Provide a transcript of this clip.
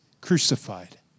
crucified